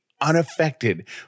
unaffected